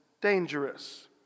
dangerous